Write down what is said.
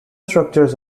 structures